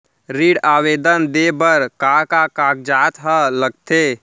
ऋण आवेदन दे बर का का कागजात ह लगथे?